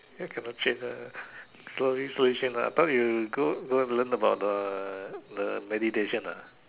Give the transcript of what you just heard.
here cannot change ah slowly ah I thought you go and learn about the meditation ah